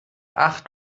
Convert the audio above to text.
acht